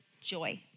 joy